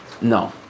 No